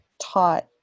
taught